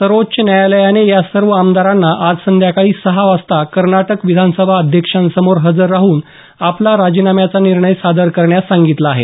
सर्वोच्च न्यायालयाने या सर्व आमदारांना आज संध्याकाळी सहा वाजता कर्नाटक विधानसभा अध्यक्षांसमोर हजर राहून आपला राजीनाम्याचा निर्णय सादर करण्यास सांगितलं आहे